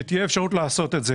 שתהיה אפשרות לעשות את זה.